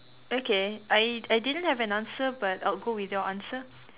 okay I I didn't have an answer but I'll go with your answer